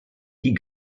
die